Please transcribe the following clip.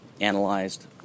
analyzed